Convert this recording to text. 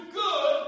good